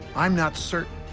i'm not certain,